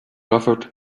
offered